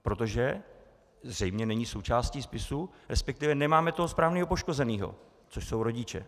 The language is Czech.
Protože zřejmě není součástí spisu, resp. nemáme toho správného poškozeného, což jsou rodiče.